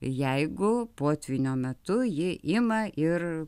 jeigu potvynio metu ji ima ir